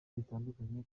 bitandukanye